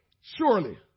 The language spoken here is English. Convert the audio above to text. surely